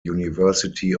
university